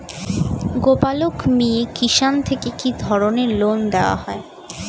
গোপালক মিয়ে কিষান থেকে কি ধরনের লোন দেওয়া হয়?